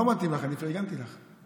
לא מתאים לך, אני פרגנתי לך.